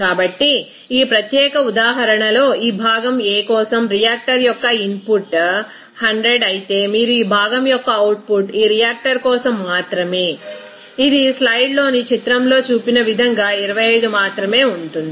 కాబట్టి ఈ ప్రత్యేక ఉదాహరణలో ఈ భాగం A కోసం రియాక్టర్ యొక్క ఇన్పుట్ 100 అయితే మీరు ఈ భాగం యొక్క అవుట్పుట్ ఈ రియాక్టర్ కోసం మాత్రమే ఇది స్లైడ్లోని చిత్రంలో చూపిన విధంగా 25 మాత్రమే ఉంటుంది